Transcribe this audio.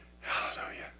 Hallelujah